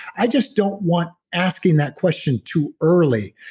i just don't want asking that question too early,